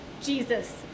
Jesus